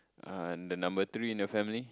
uh the number three in the family